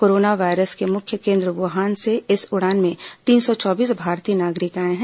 corona virus के मुख्य केन्द्र वुहान से इस उड़ान में तीन सौ चौबीस भारतीय नागरिक आए हैं